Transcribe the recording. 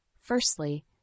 Firstly